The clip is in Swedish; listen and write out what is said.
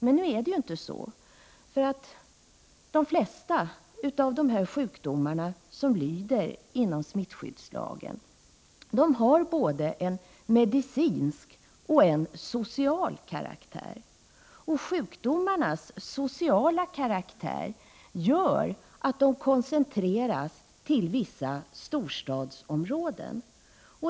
Men det är ju inte så, eftersom de flesta av de sjukdomar som lyder under smittskyddslagen har både en medicinsk och en social karaktär och sjukdomarnas sociala karaktär gör att de koncentreras till vissa storstadsområden.